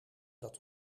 dat